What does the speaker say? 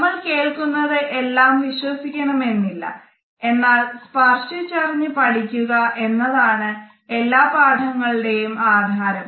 നമ്മൾ കേൾക്കുന്നത് എല്ലാം വിശ്വസിക്കണം എന്നില്ല എന്നാല് സ്പർശിച്ചറിഞ്ഞ് പഠിക്കുക എന്നതാണ് എല്ലാ പാഠങ്ങളുടെയും ആധാരം